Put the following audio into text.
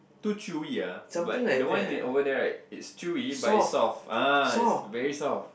too chewy ah but the one over there right it's chewy but it's soft ah it's very soft